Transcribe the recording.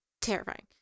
Terrifying